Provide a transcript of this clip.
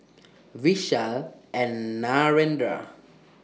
Vishal and Narendra